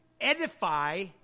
edify